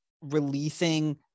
releasing